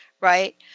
right